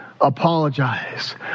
Apologize